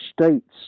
states